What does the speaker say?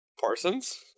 Parsons